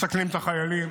מסכנים את החיילים.